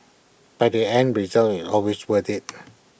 but the end result is always worth IT